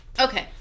Okay